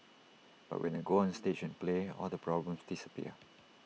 but when I go onstage and play all the problems disappear